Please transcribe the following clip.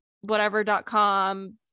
whatever.com